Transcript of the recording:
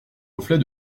reflet